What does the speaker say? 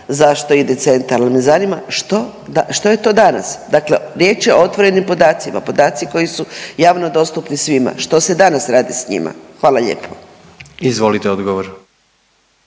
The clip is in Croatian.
zašto ide centar, al me zanima što je to danas? Dakle, riječ je o otvorenim podacima, podaci koji su javno dostupni svima što se danas radi s njima? Hvala lijepo. **Jandroković,